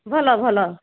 ଭଲ ଭଲ